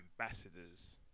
ambassadors